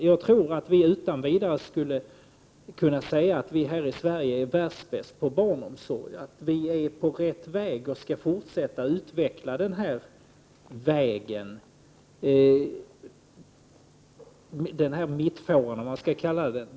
Jag tror att vi utan vidare skulle kunna säga att vi här i Sverige är världsbäst på barnomsorg, att vi är på rätt väg och skall fortsätta utveckla den mittfåran eller vad man skall kalla den.